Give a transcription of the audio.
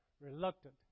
reluctant